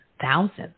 thousands